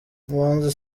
umuhanzi